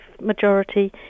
majority